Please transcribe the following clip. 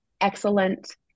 excellent